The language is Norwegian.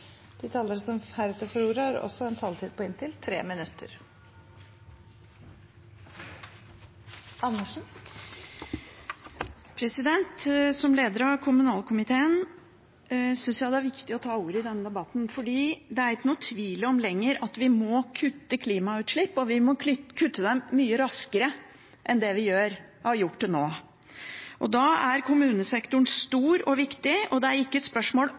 De talere som heretter får ordet, har også en taletid på inntil 3 minutter. Som leder av kommunalkomiteen synes jeg det er viktig å ta ordet i denne debatten, for det er ikke lenger noen tvil om at vi må kutte klimautslippene, og at vi må kutte dem mye raskere enn vi har gjort til nå. Da er kommunesektoren stor og viktig, og det er ikke spørsmål